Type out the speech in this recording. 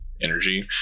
energy